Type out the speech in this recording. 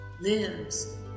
lives